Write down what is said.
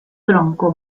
tronco